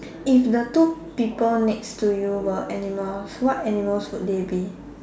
if the two people next to you were animals what animals would they be